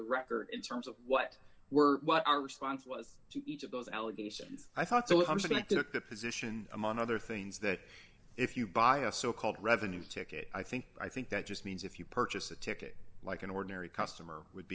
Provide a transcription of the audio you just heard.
the record in terms of what were what our response was to each of those allegations i thought so what i'm saying i took the position among other things that if you buy a so called revenue ticket i think i think that just means if you purchase a ticket like an ordinary customer would